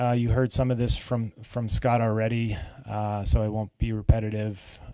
ah you heard some of this from from scott already so i won't be repetitive.